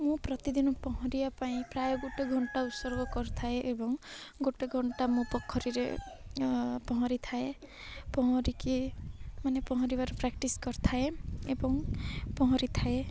ମୁଁ ପ୍ରତିଦିନ ପହଁରିବା ପାଇଁ ପ୍ରାୟ ଗୋଟେ ଘଣ୍ଟା ଉତ୍ସର୍ଗ କରିଥାଏ ଏବଂ ଗୋଟେ ଘଣ୍ଟା ମୋ ପୋଖରୀରେ ପହଁରିଥାଏ ପହଁରିକି ମାନେ ପହଁରିବାର ପ୍ରାକ୍ଟିସ୍ କରିଥାଏ ଏବଂ ପହଁରିଥାଏ